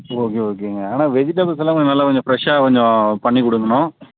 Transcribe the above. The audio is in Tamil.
ஓகே ஓகேங்க ஆனால் வெஜிடபுள்ஸ் எல்லாம் கொஞ்சம் நல்லா கொஞ்சம் ஃப்ரெஷ்ஷாக கொஞ்சம் பண்ணி கொடுக்கணும்